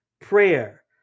prayer